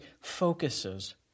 focuses